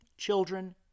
children